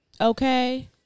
Okay